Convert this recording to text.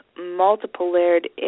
multiple-layered